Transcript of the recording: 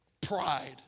pride